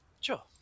Sure